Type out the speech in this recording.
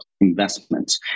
investments